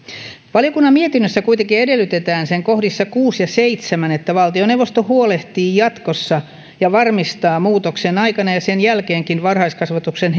valiokunnan mietinnössä kuitenkin edellytetään sen kohdissa kuusi ja seitsemän että valtioneuvosto huolehtii jatkossa ja varmistaa muutoksen aikana ja sen jälkeenkin varhaiskasvatuksen